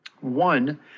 One